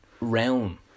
realm